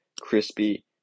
crispy